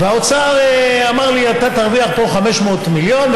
האוצר אמר לי: אתה תרוויח פה 500 מיליון,